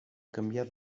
canviar